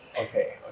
Okay